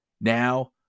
Now